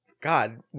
god